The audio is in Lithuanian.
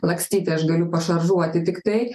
lakstyti aš galiu pašaržuoti tik tai